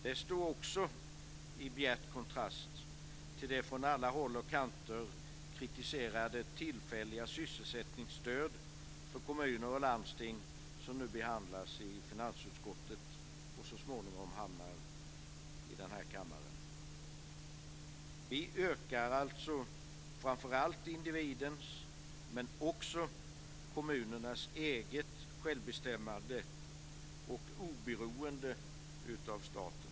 Det står också i bjärt kontrast till det från alla håll och kanter kritiserade tillfälliga sysselsättningsstöd för kommuner och landsting som nu behandlas i finansutskottet och som så småningom hamnar i denna kammare. Vi ökar alltså framför allt individens men också kommunernas eget självbestämmande och oberoende av staten.